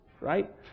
Right